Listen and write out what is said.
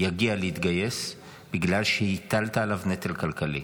יגיע להתגייס בגלל שהטלת עליו נטל כלכלי.